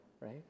right